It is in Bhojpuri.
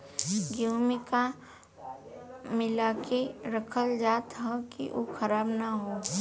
गेहूँ में का मिलाके रखल जाता कि उ खराब न हो?